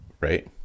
Right